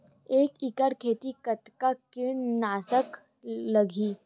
एक एकड़ खेती कतका किट नाशक लगही?